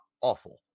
awful